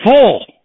full